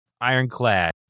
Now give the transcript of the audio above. ironclad